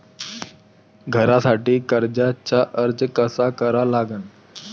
घरासाठी कर्जाचा अर्ज कसा करा लागन?